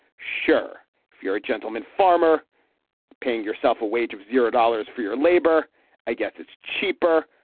sure if you're a gentleman farmer paying yourself a wage of zero dollars for your labor i guess it's cheaper.